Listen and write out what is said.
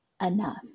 enough